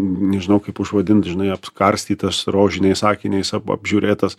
nežinau kaip užvadint žinai apkarstytas rožiniais akiniais ap apžiūrėtas